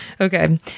Okay